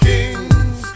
Kings